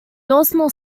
dorsal